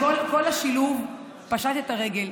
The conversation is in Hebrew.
כל השילוב פשט את הרגל.